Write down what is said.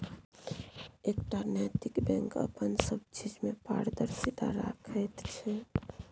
एकटा नैतिक बैंक अपन सब चीज मे पारदर्शिता राखैत छै